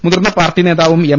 മുതിർന്ന പാർട്ടി നേതാവും എം